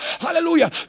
hallelujah